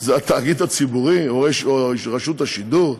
היא התאגיד הציבורי או רשות השידור?